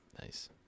Nice